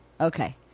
Okay